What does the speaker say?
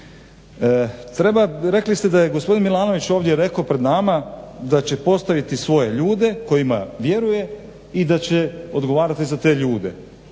rekli ste da je gospodin Milanović ovdje rekao pred nama da će postaviti svoje ljude kojima vjeruje i da će odgovarati za te ljude.